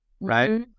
right